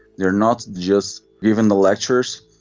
they are not just giving the lectures,